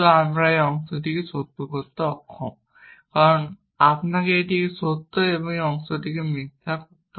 কিন্তু আমরা এই অংশটিকে সত্য করতে অক্ষম কারণ আপনাকে এটিকে সত্য এবং এই অংশটিকে মিথ্যা করতে হবে